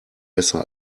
besser